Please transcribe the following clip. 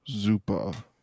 Zupa